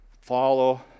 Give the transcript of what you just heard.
follow